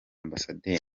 amb